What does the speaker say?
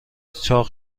چاق